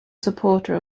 supporter